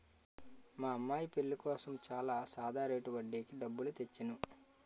మా అమ్మాయి పెళ్ళి కోసం చాలా సాదా రేటు వడ్డీకి డబ్బులు తెచ్చేను